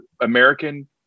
American